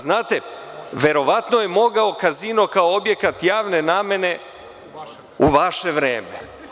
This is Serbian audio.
Znate, verovatno je mogao kazino kao objekat javne namene u vaše vreme.